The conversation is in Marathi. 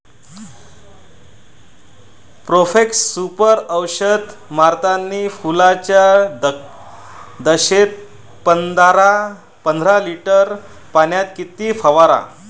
प्रोफेक्ससुपर औषध मारतानी फुलाच्या दशेत पंदरा लिटर पाण्यात किती फवाराव?